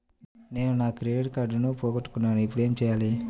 నేను నా క్రెడిట్ కార్డును పోగొట్టుకున్నాను ఇపుడు ఏం చేయాలి?